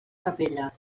capella